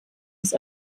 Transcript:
des